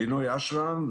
לינוי אשרם.